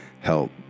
help